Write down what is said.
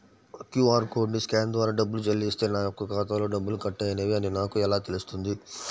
QR కోడ్ని scan ద్వారా డబ్బులు చెల్లిస్తే నా యొక్క ఖాతాలో డబ్బులు కట్ అయినవి అని నాకు ఎలా తెలుస్తుంది?